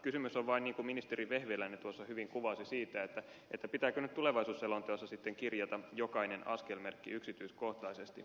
kysymys on vain siitä niin kuin ministeri vehviläinen tuossa hyvin kuvasi pitääkö nyt tulevaisuusselonteossa sitten kirjata jokainen askelmerkki yksityiskohtaisesti